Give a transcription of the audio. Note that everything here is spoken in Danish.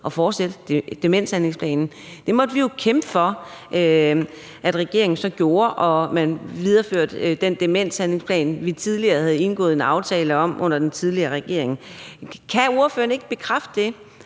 at fortsætte demenshandlingsplanen – det måtte vi jo kæmpe for at regeringen så gjorde, og at man videreførte den demenshandlingsplan, vi havde indgået en aftale om under den tidligere regering. Kan ordføreren ikke bekræfte det,